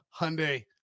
Hyundai